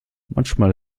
manchmal